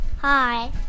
Hi